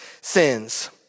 sins